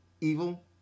evil